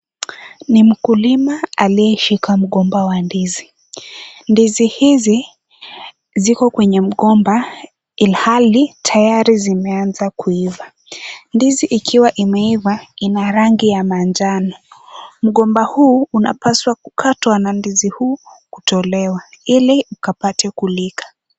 Ni mkulima aliyeshika mgomba wa ndizi. Ndizi hizi ziko kwenye mgomba ilhali tayari zimeanza kuiva. Ndizi ikiwa imeiva ina rangi ya manjano. Mgomba huu unapaswa kukatwa na ndizi huu kutolewa ili ukapate kulika.